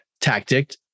tactic